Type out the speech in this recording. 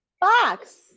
box